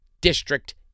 district